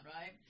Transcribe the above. right